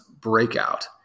breakout